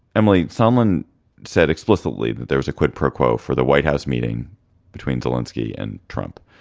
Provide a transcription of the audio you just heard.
emily, someone said explicitly that there was a quid pro quo for the white house meeting between zelinsky and trump,